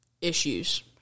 issues